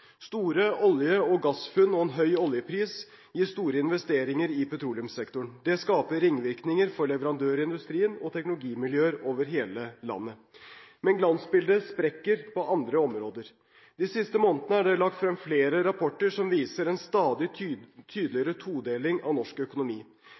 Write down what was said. Store olje- og gassfunn og en høy oljepris gir store investeringer i petroleumssektoren. Det skaper ringvirkninger for leverandørindustrien og teknologimiljøer over hele landet. Men glansbildet sprekker på andre områder. De siste månedene er det lagt frem flere rapporter som viser en stadig